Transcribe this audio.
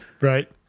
Right